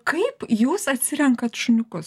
kaip jūs atsirenkat šuniukus